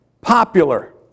popular